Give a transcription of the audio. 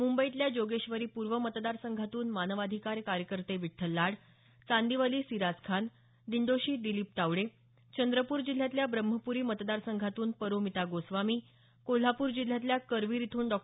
मुंबईतल्या जोगेश्वरी पूर्व मतदासंघातून मानवाधिकार कार्यकर्ते विठ्ठल लाड चांदीवली सिराज खान दिंडोशी दिलिप तावडे चंद्रपूर जिल्ह्यातल्या ब्रम्हपूरी मतदारसंघातून परोमिता गोस्वामी कोल्हापूर जिल्ह्यातल्या करवीर इथून डॉ